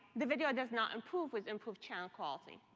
the video does not improve with improved channel quality.